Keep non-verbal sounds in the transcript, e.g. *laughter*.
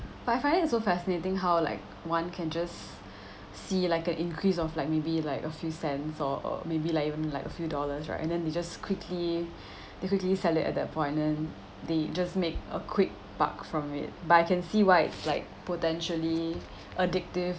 but I find it so fascinating how like one can just see like a increase of like maybe like a few cents o~ or maybe like even like a few dollars right and then they just quickly *breath* they quickly sell it at that point then they just make a quick buck from it but I can see why like potentially addictive